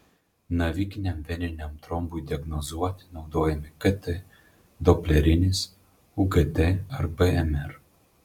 navikiniam veniniam trombui diagnozuoti naudojami kt doplerinis ugt ar bmr